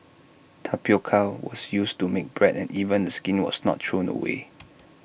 tapioca was used to make bread and even the skin was not thrown away